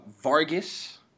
Vargas